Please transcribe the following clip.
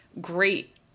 great